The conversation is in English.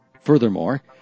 Furthermore